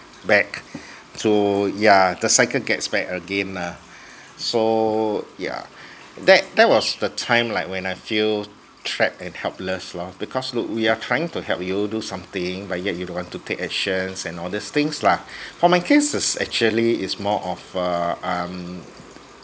back to yeah the cycle gets back again lah so yeah that that was the time like when I feel trapped and helpless lor because look we are trying to help you do something but yet you don't want to take actions and all these things lah for my case is actually is more of uh um